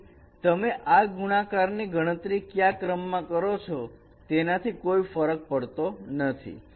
તેથી તમે આ ગુણાકાર ની ગણતરી કયા ક્રમમાં કરો છો તેનાથી કોઈ ફરક પડતો નથી